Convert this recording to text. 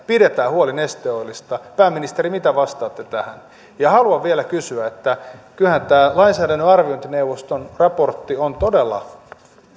pidetään huoli neste oilista pääministeri mitä vastaatte tähän ja haluan vielä kysyä kun kyllähän tämä lainsäädännön arviointineuvoston raportti on todella